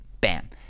Bam